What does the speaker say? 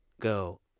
go